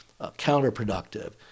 counterproductive